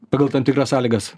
pagal tam tikras sąlygas